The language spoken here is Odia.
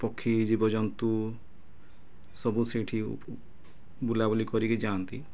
ପକ୍ଷୀ ଜୀବଜନ୍ତୁ ସବୁ ସେଇଠି ବୁଲାବୁଲି କରିକି ଯାଆନ୍ତି